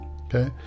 okay